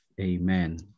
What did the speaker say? Amen